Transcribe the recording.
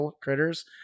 critters